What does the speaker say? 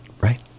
right